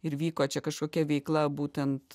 ir vyko čia kažkokia veikla būtent